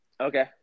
Okay